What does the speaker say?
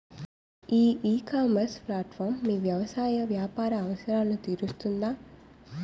ఈ ecommerce platform మీ వ్యవసాయ వ్యాపార అవసరాలను తీరుస్తుందా?